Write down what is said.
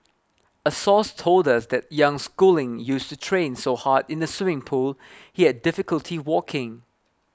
a source told us that young schooling used to train so hard in the swimming pool he had difficulty walking